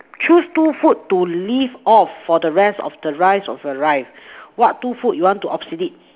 choose two food to live off for the rest of your life of your life what two food do you want to obsolete